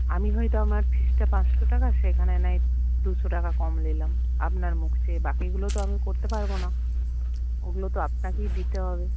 আমি হয়ত আমার ফিসটা পাঁচশো টাকা সেখানে নয় দুশো টাকা কম নিলাম আপনার মুখ চেয়ে বাকিগুলোতো আমি করতে পারবনা ওগুলো তো আপনাকেই দিতে হবে